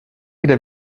kde